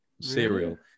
cereal